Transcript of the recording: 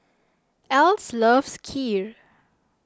Else loves Kheer